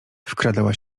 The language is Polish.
wkradała